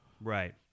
right